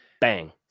Bang